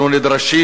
אנחנו נדרשים,